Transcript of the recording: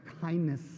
kindness